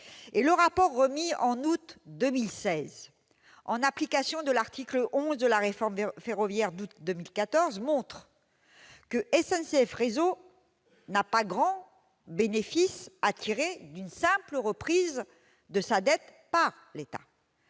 Le rapport remis en août 2016, en application de l'article 11 de la réforme ferroviaire d'août 2014, montre que SNCF Réseau n'a pas grand bénéfice à tirer d'une simple reprise de sa dette par l'État,